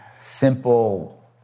simple